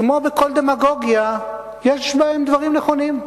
כמו בכל דמגוגיה יש בהם דברים נכונים.